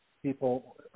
people